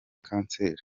kanseri